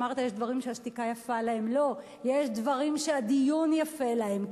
אמרת שיש דברים שהשתיקה יפה להם.